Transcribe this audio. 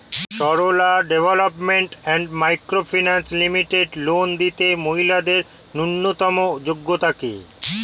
Sarala development and micro finance limited loan নিতে মহিলাদের ন্যূনতম যোগ্যতা কী?